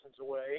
away